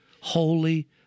Holy